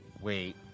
Wait